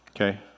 Okay